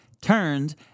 turned